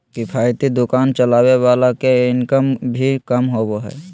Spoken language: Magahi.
किफायती दुकान चलावे वाला के इनकम भी कम होबा हइ